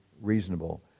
reasonable